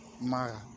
Mara